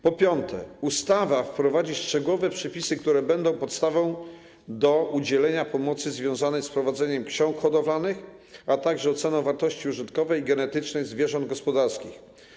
Po piąte, ustawa wprowadzi szczegółowe przepisy, które będą podstawą do udzielenia pomocy związanej z prowadzeniem ksiąg hodowlanych, a także oceną wartości użytkowej i genetycznej zwierząt gospodarskich.